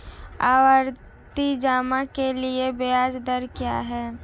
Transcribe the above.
आवर्ती जमा के लिए ब्याज दर क्या है?